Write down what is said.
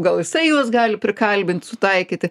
gal jisai juos gali prikalbint sutaikyti